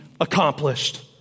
accomplished